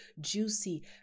juicy